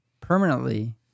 permanently